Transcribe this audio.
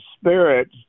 spirit